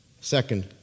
Second